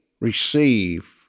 receive